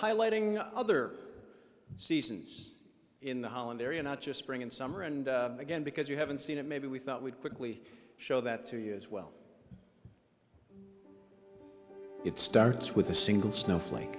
highlighting other seasons in the holland area not just spring and summer and again because you haven't seen it maybe we thought we'd quickly show that to you as well it starts with a single sn